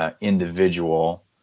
individual